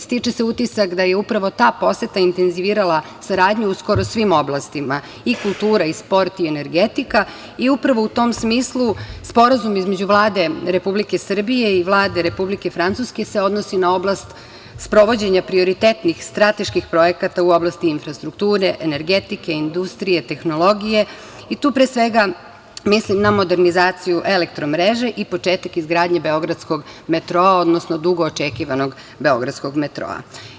Stiče se utisak da je upravo ta poseta intenzivirala saradnju u skoro svim oblastima, i kultura, i sport, i energetika i upravo u tom smislu sporazum između Vlade Republike Srbije i Vlade Republike Francuske se odnosi na oblast sprovođenja prioritetnih strateških projekata u oblasti infrastrukture, energetike, industrije, tehnologije i tu, pre svega, mislim na modernizaciju elektromreže i početak izgradnje beogradskog metroa, odnosno dugo očekivanog beogradskog metroa.